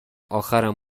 اخرم